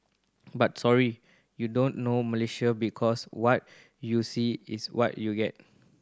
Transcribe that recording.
but sorry you don't know Malaysia because what you see is what you get